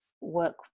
work